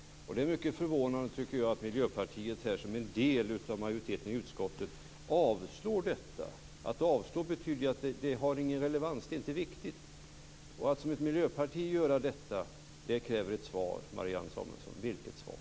Det är mycket förvånande att Miljöpartiet, som en del av majoriteten i utskottet, avstyrker detta förslag. Att avstyrka betyder att det inte har någon relevans, att det inte är viktigt. Att som ett miljöparti göra detta kräver ett svar, Marianne Samuelsson. Vilket svar?